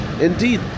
indeed